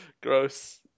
Gross